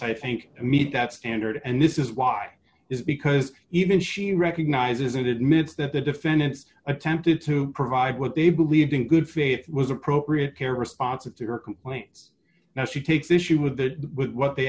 i think to meet that standard and this is why is because even she recognizes and admits that the defendants attempted to provide what they believed in good faith was appropriate care responsive to her complaints now she takes issue with that with what they